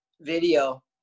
video